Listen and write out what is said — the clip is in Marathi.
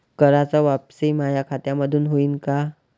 कराच वापसी माया खात्यामंधून होईन का?